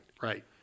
Right